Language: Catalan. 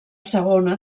segona